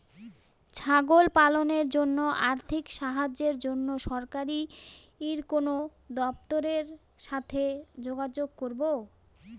ছাগল পালনের জন্য আর্থিক সাহায্যের জন্য সরকারি কোন দপ্তরের সাথে যোগাযোগ করব?